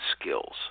skills